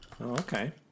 Okay